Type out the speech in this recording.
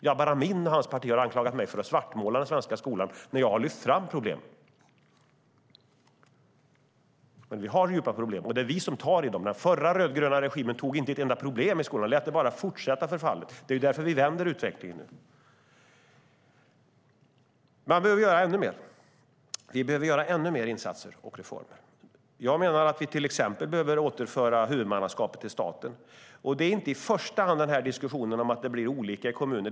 Jabar Amin och hans parti har anklagat mig för att svartmåla den svenska skolan när jag har lyft fram problemen. Men vi har djupa problem i skolan, och det är vi som tar i dem. Den förra rödgröna regimen tog inte i ett enda problem i skolan utan lät bara förfallet fortsätta. Det är därför vi vänder utvecklingen. Vi behöver göra ännu mer insatser och reformer. Jag menar att vi till exempel behöver återföra huvudmannaskapet till staten. Och det är inte i första hand beroende på diskussionen om att det blir olika i kommunerna.